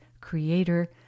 creator